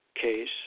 case